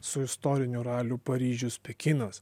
su istoriniu raliu paryžius pekinas